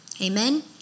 amen